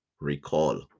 recall